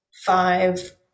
five